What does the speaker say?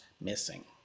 missing